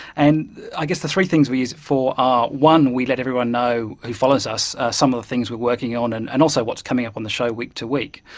and i guess the three things we use it for are one, we let everyone know who follow us us some of the things we're working on and and also what's coming up on the show week to week.